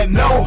no